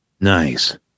Nice